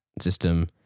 system